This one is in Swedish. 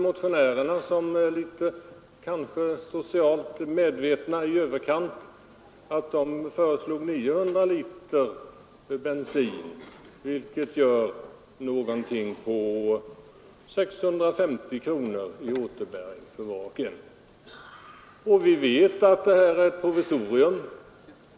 Motionärerna, som jag erkänner är socialt medvetna, har föreslagit uppräkning till 900 liter bensin, vilket gör cirka 650 kronor i återbäring för var och en. Alla vet att detta är ett provisorium.